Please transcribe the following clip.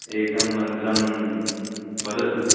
एकं मन्त्रं वदतु